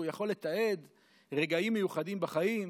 הוא יכול לתעד רגעים מיוחדים בחיים,